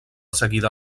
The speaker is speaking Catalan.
seguida